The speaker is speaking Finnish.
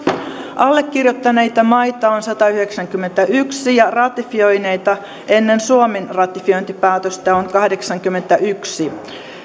allekirjoittaneita maita on satayhdeksänkymmentäyksi ja ratifioineita ennen suomen ratifiointipäätöstä kahdeksankymmentäyksi